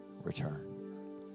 return